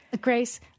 Grace